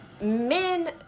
men